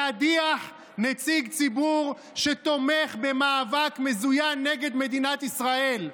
להדיח נציג ציבור שתומך במאבק מזוין נגד מדינת ישראל.